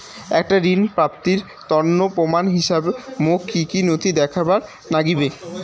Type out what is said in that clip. একটা ঋণ প্রাপ্তির তন্ন প্রমাণ হিসাবে মোক কী কী নথি দেখেবার নাগিবে?